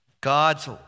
God's